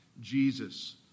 Jesus